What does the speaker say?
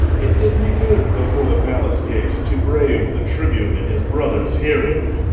it did me good before the palace gate to brave the tribune in his brother's hearing.